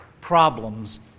problems